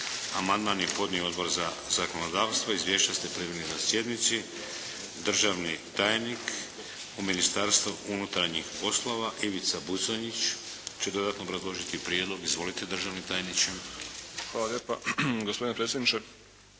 Amandman je podnio Odbor za zakonodavstvo. Izvješća ste primili na sjednici. Državni tajnik u Ministarstvu unutarnjih poslova Ivica Buconjić će dodatno obrazložiti prijedlog. Izvolite državni tajniče. **Buconjić, Ivica (HDZ)** Hvala lijepa gospodine predsjedniče.